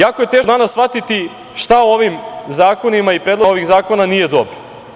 Jako je teško danas shvatiti šta u ovim zakonima i predlozima ovih zakona nije dobro.